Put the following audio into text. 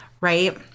right